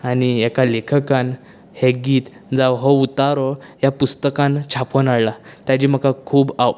आनी एका लेखकान हें गीत जावं हो उतारो ह्या पुस्तकान छापून हाडला ताजी म्हाका खूब आप